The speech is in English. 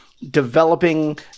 developing